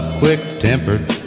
quick-tempered